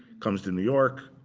comes to new york,